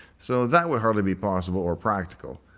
so that would hardly be possible or practical.